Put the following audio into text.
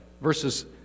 verses